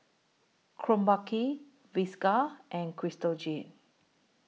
Krombacher Whiskas and Crystal Jade